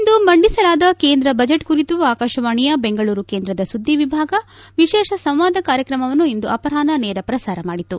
ಇಂದು ಮಂಡಿಸಲಾದ ಕೇಂದ್ರ ಬಜೆಟ್ ಕುರಿತು ಆಕಾಶವಾಣಿಯ ಬೆಂಗಳೂರು ಕೇಂದ್ರದ ಸುದ್ದಿ ವಿಭಾಗ ವಿಶೇಷ ಸಂವಾದ ಕಾರ್ಯಕ್ರಮವನ್ನು ಇಂದು ಅಪರಾಹ್ನ ನೇರ ಪ್ರಸಾರ ಮಾಡಿತು